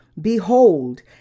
behold